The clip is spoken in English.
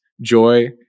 Joy